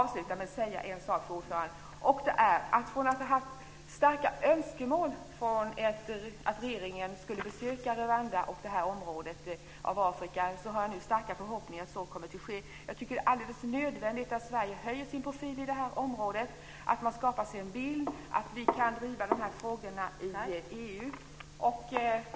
Vi har hyst starka önskemål om att regeringen skulle besöka Rwanda och angränsande område av Afrika. Jag har nu också starka förhoppningar om att så kommer att ske. Jag tycker att det är alldeles nödvändigt att Sverige höjer sin profil i det här området. Vi bör skapa oss en bild av det, och vi bör driva dessa frågor i EU.